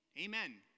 Amen